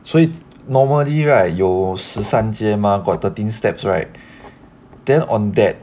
所以 normally right you 十三届 mah got thirteen steps right then on that